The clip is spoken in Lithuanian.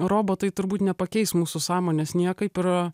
robotai turbūt nepakeis mūsų sąmonės niekaip ir